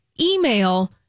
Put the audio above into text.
email